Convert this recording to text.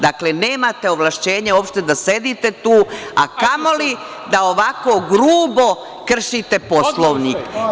Dakle, nemate ovlašćenje uopšte da sedite tu, a kamoli da ovako grubo kršite Poslovnik.